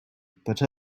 but